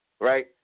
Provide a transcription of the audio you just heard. right